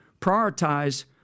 prioritize